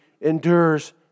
endures